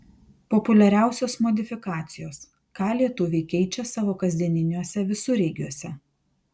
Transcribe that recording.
populiariausios modifikacijos ką lietuviai keičia savo kasdieniniuose visureigiuose